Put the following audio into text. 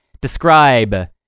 describe